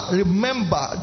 remember